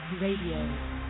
Radio